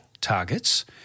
targets